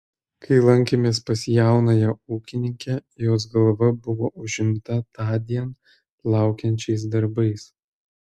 kai lankėmės pas jaunąją ūkininkę jos galva buvo užimta tądien laukiančiais darbais